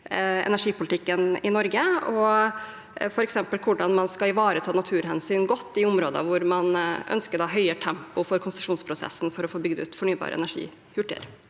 energipolitikken i Norge, og hvordan man f.eks. skal ivareta naturhensyn godt i områder hvor man ønsker høyere tempo for konsesjonsprosessen for å få bygd ut fornybar energi